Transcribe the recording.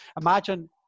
Imagine